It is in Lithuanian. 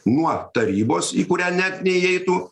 nuo tarybos į kurią net neįeitų